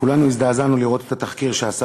כולנו הזדעזענו לראות את התחקיר שעשה